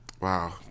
Wow